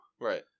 right